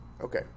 Okay